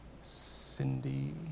Cindy